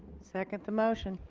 second the motion.